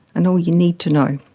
and all ye need to know.